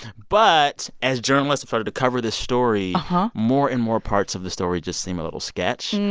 but as journalists started to cover this story, more and more parts of the story just seem a little sketch.